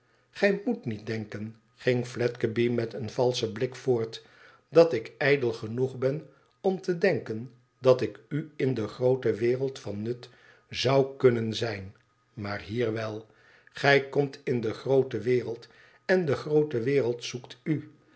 gij moet niet denken ging fledgeby met een valschen blik voort dat ik ijdel genoeg ben om te denken dat ik u in de groote wereld van nut zou kunnen zijn maar hier wel gij komt in de groote wereld en de groote wereld zoekt uj